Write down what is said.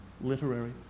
literary